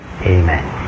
Amen